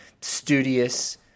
studious